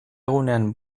egunean